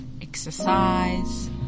Exercise